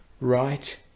Right